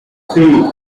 three